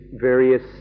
various